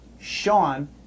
Sean